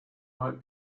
might